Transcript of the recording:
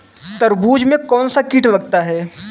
तरबूज में कौनसा कीट लगता है?